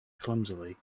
clumsily